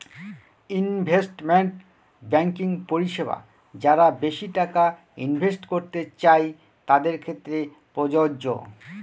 investment banking পরিষেবা যারা বেশি টাকা ইনভেস্ট করতে চাই তাদের ক্ষেত্রে প্রযোজ্য